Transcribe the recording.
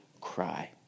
cry